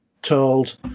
told